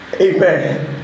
Amen